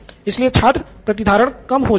इसलिए छात्र प्रतिधारण कम हो जाएगा